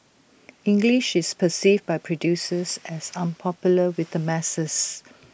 English is perceived by producers as unpopular with the masses